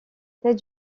tête